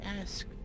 ask